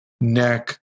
neck